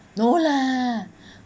no lah